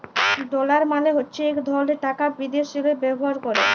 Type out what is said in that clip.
dollar মালে হছে ইক ধরলের টাকা বিদ্যাশেল্লে ব্যাভার ক্যরে